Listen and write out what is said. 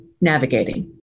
navigating